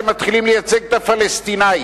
אתם מתחילים לייצג את הפלסטינים,